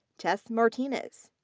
tess martinez.